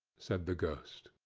said the ghost.